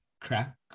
crack